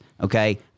Okay